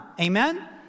Amen